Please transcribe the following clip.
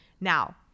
Now